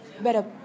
better